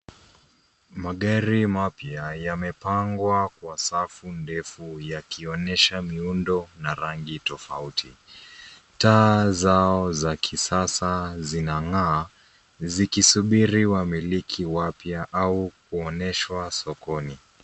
Magari mapya yamepangwa kwa safu ndefu yakionyesha miundo na rangi tafauti. Taa zao za kisasa zinakaa zikisubiri wamiliki wapya au kuonyeshwa sokoni.